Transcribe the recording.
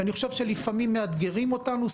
ואני חושב שלפעמים מאתגרים אותנו,